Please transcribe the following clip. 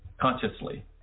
consciously